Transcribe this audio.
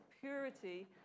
purity